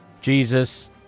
Jesus